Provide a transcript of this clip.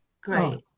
great